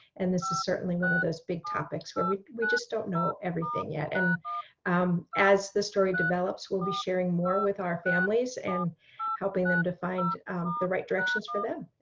and this is certainly one of those big topics where we we just don't know everything yet. and um as the story develops, we'll be sharing more with our families and helping them to find the right directions for them.